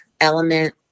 element